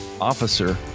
officer